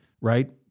right